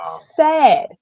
sad